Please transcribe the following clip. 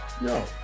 No